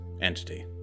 entity